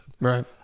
Right